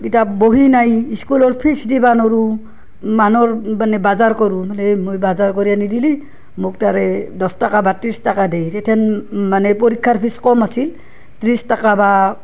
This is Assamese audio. কিতাপ বহী নাই স্কুলৰ ফীজ দিবা নৰোঁ মানৰ মানে বাজাৰ কৰোঁ নহ'লে মই বাজাৰ কৰি নিদিলে মোক তাৰে দহ টাকা বা ত্ৰিশ টকা দিয়ে তেথেন মানে পৰীক্ষাৰ ফীজ কম আছিল ত্ৰিশ টকা বা